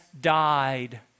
died